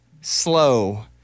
Slow